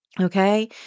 Okay